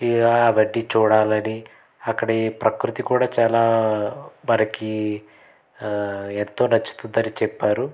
ఈ అవన్నీ చూడాలని అక్కడ ఈ ప్రకృతి కూడా చాలా మనకీ ఎంతో నచ్చుతుందని చెప్పారు